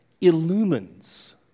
illumines